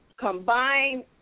combine